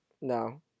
No